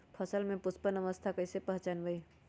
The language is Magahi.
फसल में पुष्पन अवस्था कईसे पहचान बई?